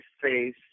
face